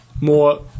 more